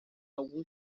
algum